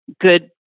good